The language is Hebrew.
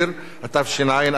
התש"ע 2010,